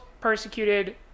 persecuted